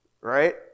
right